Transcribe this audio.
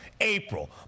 April